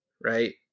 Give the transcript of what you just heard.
Right